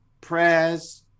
prayers